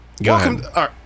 welcome